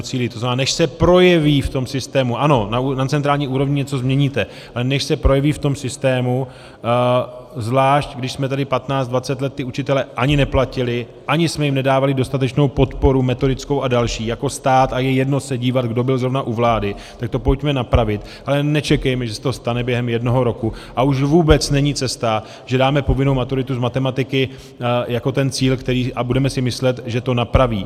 To znamená, než se projeví v tom systému ano, na centrální úrovni něco změníte, ale než se projeví v tom systému, zvlášť když jsme tady patnáct dvacet let ty učitele ani neplatili, ani jsme jim nedávali dostatečnou podporu metodickou a další jako stát, a je jedno se dívat, kdo byl zrovna u vlády, tak to pojďme napravit, ale nečekejme, že se to stane během jednoho roku, a už vůbec není cesta, že dáme povinnou maturitu z matematiky jako ten cíl a budeme si myslet, že to napraví.